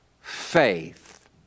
faith